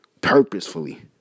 purposefully